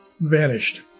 vanished